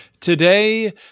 today